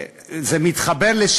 זה מתחבר לי,